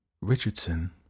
Richardson